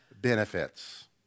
benefits